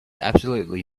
absolutely